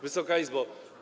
Wysoka Izbo!